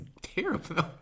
terrible